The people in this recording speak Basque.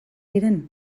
diren